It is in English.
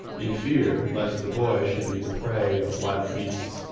in fear lest the boy should be the prey of wild beasts,